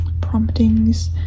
promptings